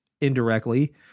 indirectly